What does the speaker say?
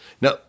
Now